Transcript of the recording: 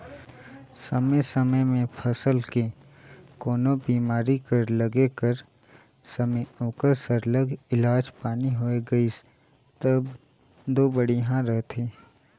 समे समे में फसल के कोनो बेमारी कर लगे कर समे ओकर सरलग इलाज पानी होए गइस तब दो बड़िहा रहथे